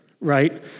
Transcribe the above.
right